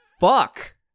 fuck